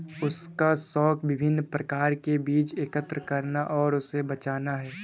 उसका शौक विभिन्न प्रकार के बीज एकत्र करना और उसे बचाना है